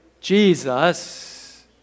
Jesus